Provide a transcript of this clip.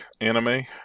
anime